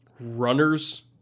runners